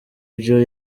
byo